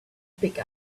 pick